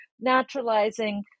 naturalizing